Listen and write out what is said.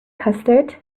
custard